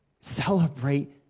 celebrate